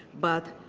but